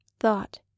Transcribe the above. thought